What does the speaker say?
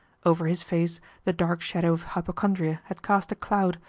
over his face the dark shadow of hypochondria had cast a cloud,